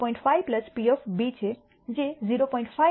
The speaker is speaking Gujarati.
5 P છે જે 0